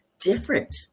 Different